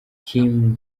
kim